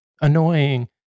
annoying